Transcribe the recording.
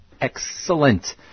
excellent